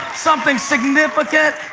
something significant,